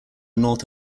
north